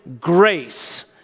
grace